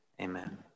amen